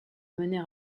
mener